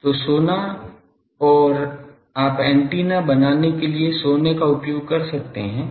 तो सोना और आप एंटीना बनाने के लिए सोने का उपयोग कर सकते हैं